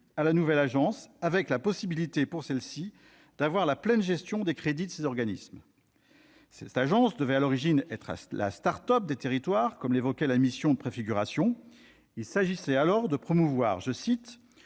à la nouvelle agence, avec la possibilité pour celle-ci d'assurer la pleine gestion des crédits de ces organismes. À l'origine, cette agence devait être la « start-up des territoires », comme l'évoquait la mission de préfiguration. Il s'agissait alors de promouvoir « une